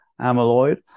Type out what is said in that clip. amyloid